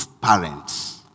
parents